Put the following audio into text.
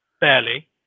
Barely